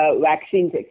vaccines